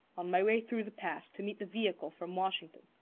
on my way through the pass, to meet the vehicle from washington.